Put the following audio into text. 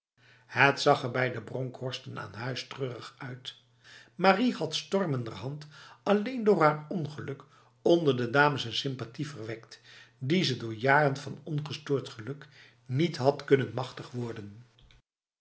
het zag er bij de bronkhorsten aan huis treurig uit marie had stormenderhand alleen door haar ongeluk onder de dames een sympathie verwekt die ze door jaren van ongestoord geluk niet had kunnen machtig worden